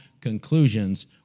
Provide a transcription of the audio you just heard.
conclusions